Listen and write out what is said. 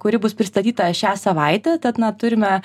kuri bus pristatyta šią savaitę tad na turime